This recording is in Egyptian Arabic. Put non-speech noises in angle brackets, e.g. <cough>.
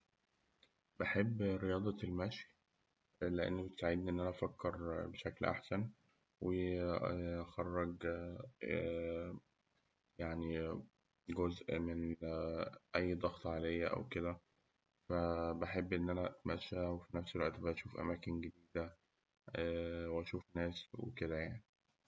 بحب رياضة المشي لأن بتساعدني إن أنا أفكر في شكل أحسن، و <hesitation> أخرج <hesitation> جزء من <hesitation> أي ضغط عليا أو كده، ف بحب إن أنا أتمشى، وفي نفس الوقت أشوف أماكن جديدة <hesitation> وأشوف ناس، وكده يعني.